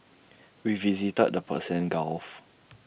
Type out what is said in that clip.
we visited the Persian gulf